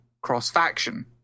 cross-faction